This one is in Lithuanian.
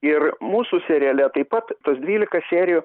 ir mūsų seriale taip pat tos dvylika serijų